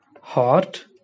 Heart